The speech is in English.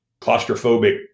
claustrophobic